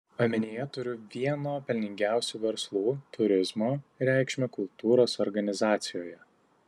omenyje turiu vieno pelningiausių verslų turizmo reikšmę kultūros organizacijoje